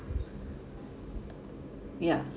ya